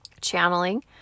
channeling